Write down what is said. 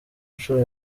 nshuro